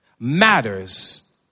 matters